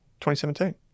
2017